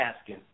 asking